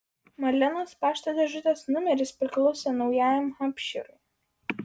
marlenos pašto dėžutės numeris priklausė naujajam hampšyrui